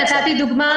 אני חושבת שנתתי דוגמה